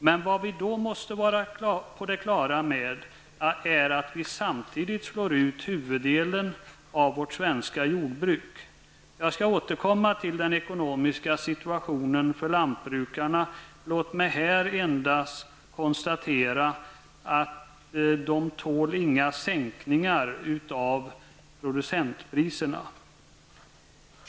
Men vad vid då måste vara på det klara med är att vi därmed slår ut huvuddelen av vårt svenska jordbruk. Jag skall återkomma till den ekonomiska situationen för lantbrukarna. Låt mig endast i detta sammanhang framhålla att den inte tål några sänkningar av producentpriserna.